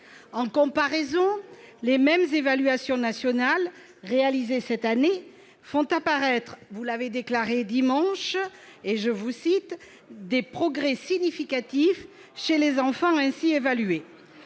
En comparaison, les mêmes évaluations nationales réalisées cette année font apparaître, comme vous l'avez déclaré dimanche dernier, des « progrès significatifs » chez les enfants évalués